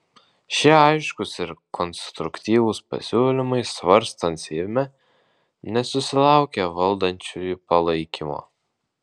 šie aiškūs ir konstruktyvūs pasiūlymai svarstant seime nesusilaukė valdančiųjų palaikymo